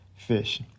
fish